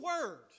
word